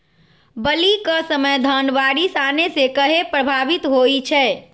बली क समय धन बारिस आने से कहे पभवित होई छई?